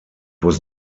was